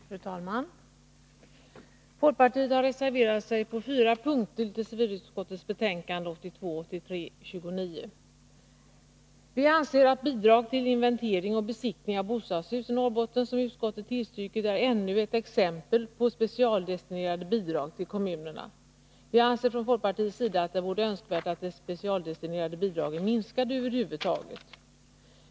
Fru talman! Folkpartiet har reserverat sig på fyra punkter i civilutskottets betänkande 1982/83:29. Vi anser att det bidrag till inventering och besiktning av bostadshus i Norrbotten, som utskottet tillstyrker, är ännu ett exempel på specialdestinerade bidrag till kommunerna. Folkpartiet anser att det vore önskvärt att de specialdestinerade bidragen över huvud taget minskade.